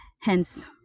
Hence